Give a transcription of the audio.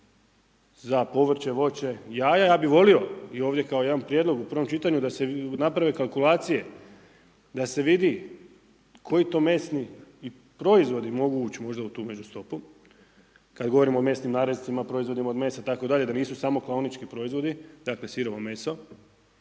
za povrće, voće, jaja ja bih volio i ovdje kao jedan prijedlog u prvom čitanju da se naprave kalkulacije, da se vidi koji to mesni proizvodi mogu ući u tu međustopu, kad govorimo o mesnim narescima, proizvodima od mesa itd., da nisu samo klaonički proizvodi, dakle sirovo meso,